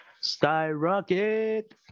skyrocket